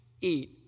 eat